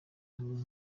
hamwe